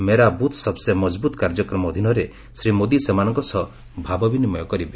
ମେରା booth ସବ୍ସେ ମଜବୂତ୍ କାର୍ଯ୍ୟକ୍ରମ ଅଧୀନରେ ଶ୍ରୀ ମୋଦି ସେମାନଙ୍କ ସହ ଭାବ ବିନିମୟ କରିବେ